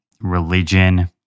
religion